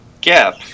gap